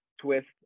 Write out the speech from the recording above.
twist